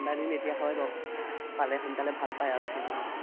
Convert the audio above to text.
ঠাণ্ডা দিন এতিয়া হয় বাৰু পালে সোনকালে ভাল পায় আৰু পানী